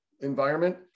environment